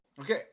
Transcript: Okay